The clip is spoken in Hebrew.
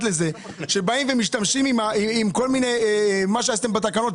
כאשר באים ומשתמשים במה שעשיתם בתקנות,